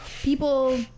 people